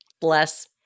Bless